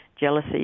jealousy